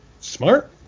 Smart